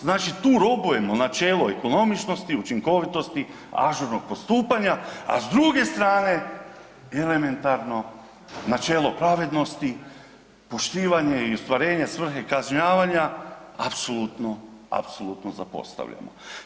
Znači tu robujemo načelu ekonomičnosti i učinkovitosti ažurnog postupanja, a s druge strane elementarno načelo pravednosti poštivanje i ostvarenje svrhe kažnjavanja, apsolutno, apsolutno zapostavljeno.